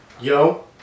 Yo